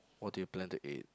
what do you plan to eat